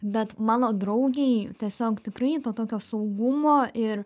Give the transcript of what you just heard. bet mano draugei tiesiog tikrai to tokio saugumo ir